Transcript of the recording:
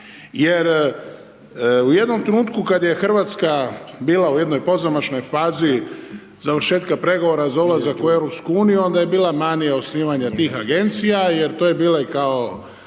jer u jednom trenutku kad je Hrvatska bila u jednoj pozamašnoj fazi završetka pregovora za ulazak u EU-u, onda je bila manija osnivanja tih agencija jer to je bilo i kao